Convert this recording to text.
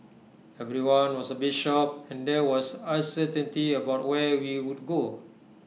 everyone was A bit shocked and there was uncertainty about where we would go